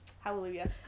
Hallelujah